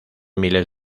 miles